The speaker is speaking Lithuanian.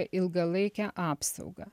ilgalaikę apsaugą